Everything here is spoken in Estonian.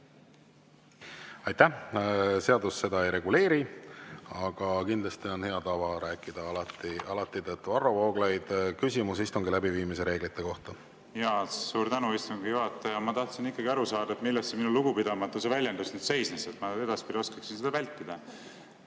Aitäh! Seadus seda ei reguleeri, aga kindlasti on hea tava rääkida alati tõtt. Varro Vooglaid, küsimus istungi läbiviimise reeglite kohta. Suur tänu, istungi juhataja! Ma tahtsin ikkagi aru saada, milles see minu lugupidamatuse väljendus siis seisnes – et ma edaspidi oskaksin seda vältida.